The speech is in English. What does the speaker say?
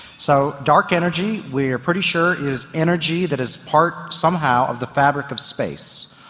so dark energy we are pretty sure is energy that is part somehow of the fabric of space.